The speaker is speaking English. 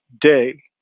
day